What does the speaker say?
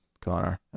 Connor